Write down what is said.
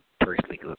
personally